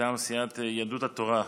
מטעם סיעת יהדות התורה,